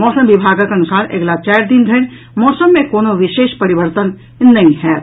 मौसम विभागक अनुसार अगिला चारि दिन धरि मौसम मे कोनो विशेष परिवर्तन नहि होयत